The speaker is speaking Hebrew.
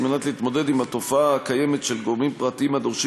על מנת להתמודד עם התופעה הקיימת בשוק של גורמים פרטיים הדורשים